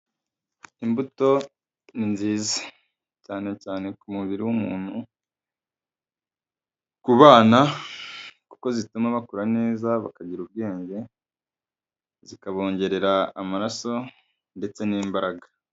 Imbuto ni nziza, cyane cyane ku mubiri w'umuntu, ku bana kuko zituma bakura neza bakagira ubwenge zikabongerera amaraso ndetse n'imbaraga.